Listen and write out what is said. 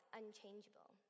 unchangeable